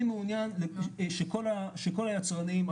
אני מעוניין שכל היצרנים,